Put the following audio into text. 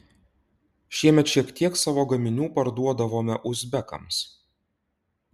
šiemet šiek tiek savo gaminių parduodavome uzbekams